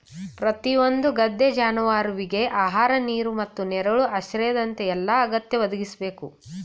ಪ್ರತಿಯೊಂದು ಗದ್ದೆ ಜಾನುವಾರುವಿಗೆ ಆಹಾರ ನೀರು ಮತ್ತು ನೆರಳು ಆಶ್ರಯದಂತ ಎಲ್ಲಾ ಅಗತ್ಯ ಒದಗಿಸ್ಬೇಕು